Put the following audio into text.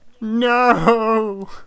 No